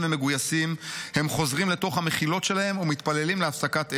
ומגויסים הם חוזרים לתוך המחילות שלהם ומתפללים להפסקת אש.